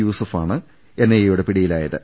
യൂസഫാണ് എൻഐഎയുടെ പിടിയിലായത്